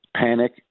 panic